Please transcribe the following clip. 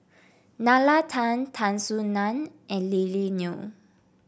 Nalla Tan Tan Soo Nan and Lily Neo